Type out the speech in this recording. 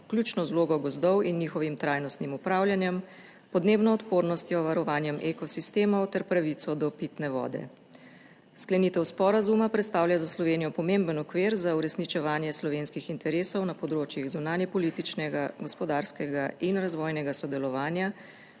vključno z vlogo gozdov in njihovim trajnostnim upravljanjem, podnebno odpornostjo, varovanjem ekosistemov ter pravico do pitne vode. Sklenitev sporazuma predstavlja za Slovenijo pomemben okvir za uresničevanje slovenskih interesov na področjih zunanjepolitičnega, gospodarskega in razvojnega sodelovanja